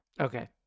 okay